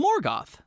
Morgoth